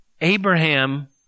Abraham